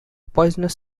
poisonous